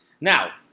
now